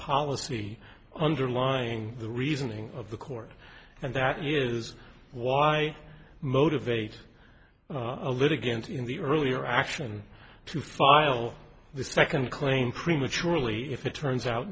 policy underlying the reasoning of the court and that is why motivate a litigant in the earlier action to file the second claim prematurely if it turns out